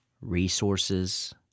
Resources